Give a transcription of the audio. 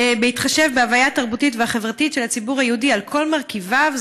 בהתחשב בהוויה התרבותית והחברתית של הציבור היהודי על כל מרכיביו,